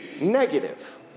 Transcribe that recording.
negative